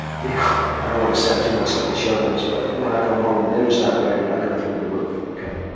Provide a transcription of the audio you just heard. yeah i don't want to sound too much like a chauvinist but when i come home and dinner's not ready, i go through the roof, okay?